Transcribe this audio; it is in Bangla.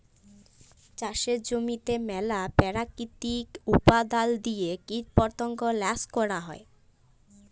চাষের জমিতে ম্যালা পেরাকিতিক উপাদাল দিঁয়ে কীটপতঙ্গ ল্যাশ ক্যরা হ্যয়